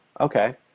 Okay